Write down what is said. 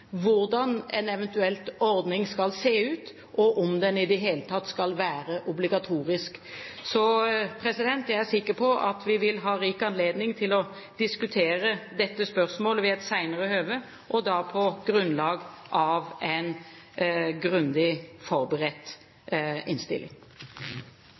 hvordan en eventuell ordning skal se ut, og om den i det hele tatt skal være obligatorisk. Så jeg er sikker på at vi vil ha rik anledning til å diskutere dette spørsmålet ved et senere høve, og da på grunnlag av en grundig